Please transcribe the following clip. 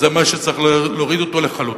זה משהו שצריך להוריד אותו לחלוטין,